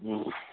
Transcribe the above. ও